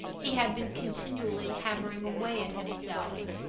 he had been continually hammering away at himself.